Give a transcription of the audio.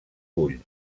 bull